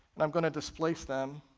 and i'm going to displace them,